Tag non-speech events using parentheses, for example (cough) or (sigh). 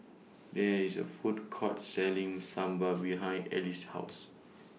(noise) There IS A Food Court Selling Sambar behind Ellie's House